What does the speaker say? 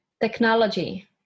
technology